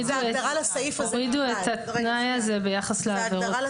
הורידו את התנאי הזה ביחס להגדרות.